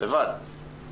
לבד.